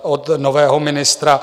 Od nového ministra